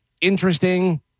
interesting